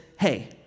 hey